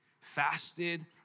fasted